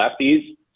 lefties